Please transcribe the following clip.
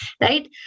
right